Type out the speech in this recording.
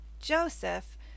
Joseph